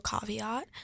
caveat